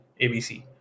ABC